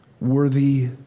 worthy